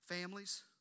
families